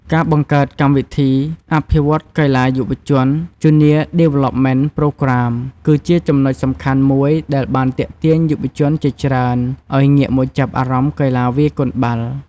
ការបង្កើត កម្មវិធីអភិវឌ្ឍន៍កីឡាយុវជន Junior Development Program គឺជាចំណុចសំខាន់មួយដែលបានទាក់ទាញយុវជនជាច្រើនឱ្យងាកមកចាប់អារម្មណ៍កីឡាវាយកូនបាល់។